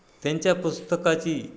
त्यांच्या पुस्तकाची